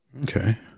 Okay